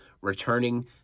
returning